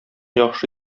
яхшы